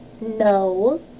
No